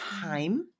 time